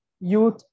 youth